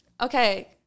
Okay